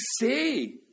say